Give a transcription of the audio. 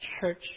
church